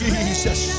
Jesus